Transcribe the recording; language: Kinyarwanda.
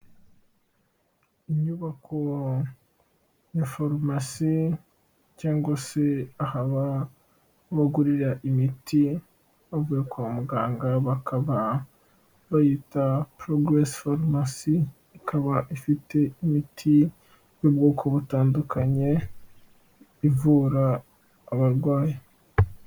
Inyubako ya farumasi cyangwa se aho bagurira imiti bavuye kwa muganga, bakaba bayita Porogeresi farumasi, ikaba ifite imiti y'ubwoko butandukanye ivura abarwayi.